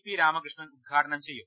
P Ramakrishnan ഉദ്ഘാടനം ചെയ്യും